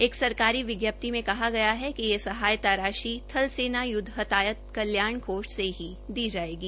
एक सरकारी विज्ञप्ति में कहा गया है कि यह सहायता राशि थल सेना युद्व हताहत कल्याण कोष से दी जायेगी